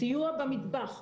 סיוע במטבח,